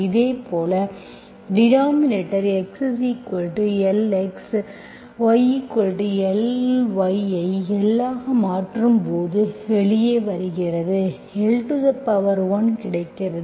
இதேபோல் denominator x lx yly ஐ l ஆக மாற்றும்போது வெளியே வருகிறது l1 கிடைக்கிறது